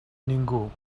ningú